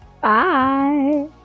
Bye